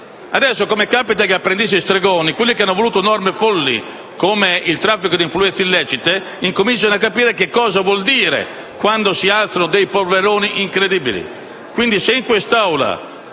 Adesso, come capita agli apprendisti stregoni, quelli che hanno voluto norme folli come il traffico di influenze illecite incominciano a capire che cosa vuole dire quando si alzano polveroni incredibili.